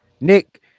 Nick